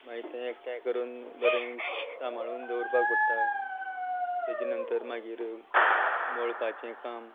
मागीर तें एकठांय करून बरें सांबाळून दवरपाक पडटा तेजे नंतर मागीर मळपाचे काम